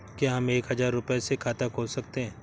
क्या हम एक हजार रुपये से खाता खोल सकते हैं?